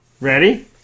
Ready